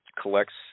collects